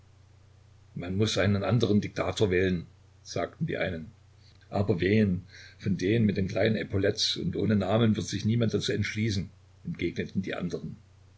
man muß einen anderen diktator wählen sagten die einen aber wen von den mit den kleinen epauletts und ohne namen wird sich niemand dazu entschließen entgegneten die anderen